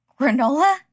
Granola